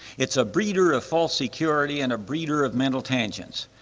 it's a breeder of false security and a breeder of mental tangents.